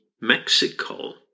Mexico